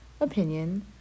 opinion